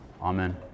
Amen